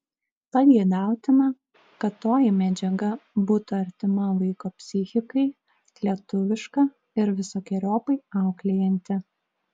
pageidautina kad toji medžiaga būtų artima vaiko psichikai lietuviška ir visokeriopai auklėjanti